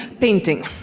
Painting